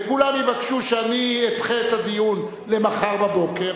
וכולם יבקשו שאדחה את הדיון למחר בבוקר,